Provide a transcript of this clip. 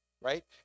right